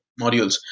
modules